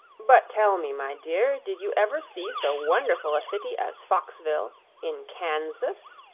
but, tell me, my dear, did you ever see so wonderful a city as foxville in kansas?